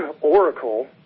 Oracle